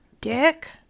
dick